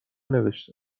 نوشتم